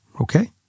Okay